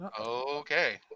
okay